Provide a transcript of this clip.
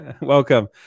Welcome